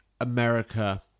America